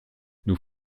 nous